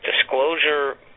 Disclosure